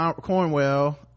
cornwell